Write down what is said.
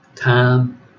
Time